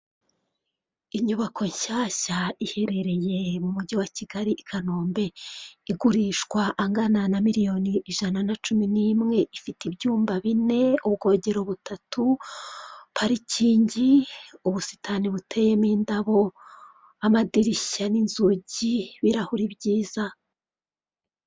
Inyubako nshyashya iherereye mu mujyi wa kigali i kanombe, igurishwa angana na miliyoni ijana na cumi nimwe, ifite ibyumba bine, ubwogero butatu, parikingi, ubusitani buteyemo indabo, amadirishya n'inzugi, ibirahuri byiza.